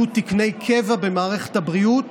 הם יהיו תקני קבע במערכת הבריאות,